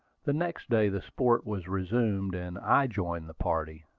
the next day the sport was resumed, and i joined the party.